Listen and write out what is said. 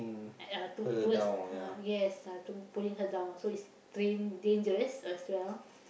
uh to toward ah yes uh pulling her down so it's dan~ dangerous as well